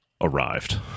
arrived